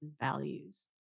values